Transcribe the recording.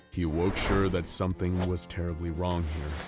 he awoke sure that something was terribly wrong here,